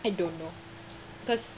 I don't know cause